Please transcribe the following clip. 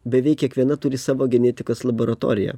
beveik kiekviena turi savo genetikos laboratoriją